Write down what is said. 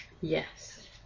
Yes